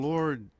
Lord